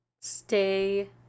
stay